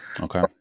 Okay